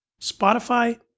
Spotify